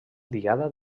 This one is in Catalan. diada